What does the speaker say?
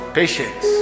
patience